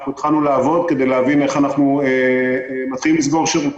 אנחנו התחלנו לעבוד כדי להבין איך אנחנו מתחילים לסגור שירותים.